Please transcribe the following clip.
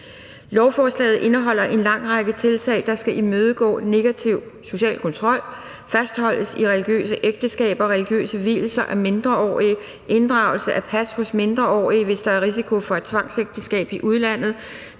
Lovforslaget indeholder en lang række tiltag, der skal imødegå negativ social kontrol som fastholdelse i religiøse ægteskaber: forbud mod religiøse vielser af mindreårige, inddragelse af pas hos mindreårige, hvis der er risiko for et tvangsægteskab i udlandet,